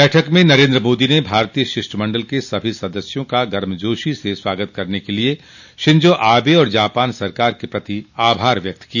बैठक में नरेन्द्र मोदी ने भारतीय शिष्टमंडल के सभी सदस्यों का गर्मजोशी से स्वागत करने के लिए शिंजो आबे और जापान सरकार के प्रति आभार व्यक्त किया